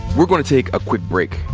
we're going to take a quick break.